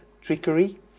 trickery